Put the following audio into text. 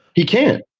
he can't